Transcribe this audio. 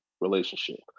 relationship